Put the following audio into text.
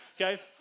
Okay